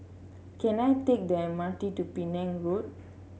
can I take the M R T to Penang Road